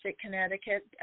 Connecticut